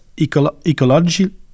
ecology